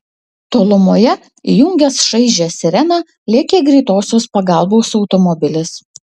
tolumoje įjungęs šaižią sireną lėkė greitosios pagalbos automobilis